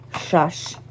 Shush